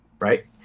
Right